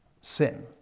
sin